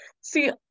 See